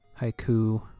haiku